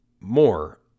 more